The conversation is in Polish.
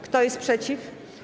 Kto jest przeciw?